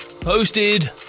Posted